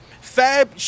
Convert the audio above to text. Fab